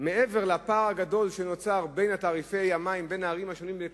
מעבר לפער הגדול שנוצר בין תעריפי המים בערים השונות,